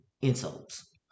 insults